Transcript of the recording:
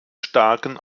starken